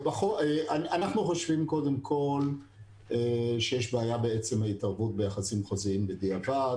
אנחנו חושבים קודם כל שיש בעיה בעצם ההתערבות ביחסים חוזיים בדיעבד,